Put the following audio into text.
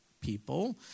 people